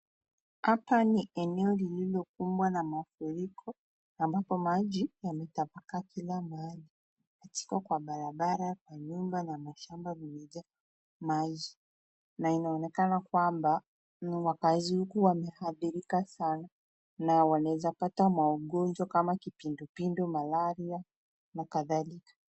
Hapa ni eneo lililokumbwa na mafuriko ambapo maji yametapakaa kila mahali, katika kwa barabara, manyumba na mashamba kumejaa maji na inaonekana kwamba wakaazi huku wameathirika sana na wanaweza pata magonjwa kama kipindupindu, malaria na kadhalika.